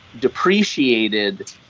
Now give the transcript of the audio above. depreciated